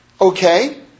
Okay